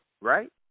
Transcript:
right